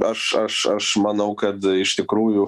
aš aš aš manau kad iš tikrųjų